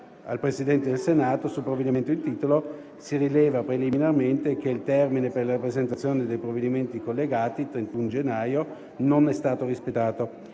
al Presidente del Senato sul provvedimento in titolo, si rileva preliminarmente che il termine per la presentazione dei provvedimenti collegati (31 gennaio) non è stato rispettato,